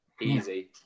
easy